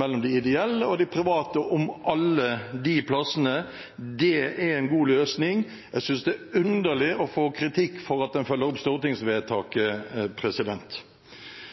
mellom de ideelle og de private om alle de plassene. Det er en god løsning. Jeg synes det er underlig å få kritikk for at en følger opp stortingsvedtaket.